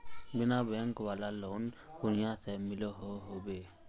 बिना बैंक वाला लोन कुनियाँ से मिलोहो होबे?